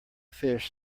fish